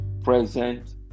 present